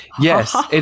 Yes